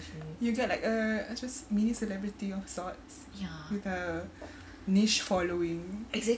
you got like a a just mini celebrity of sorts with a niche following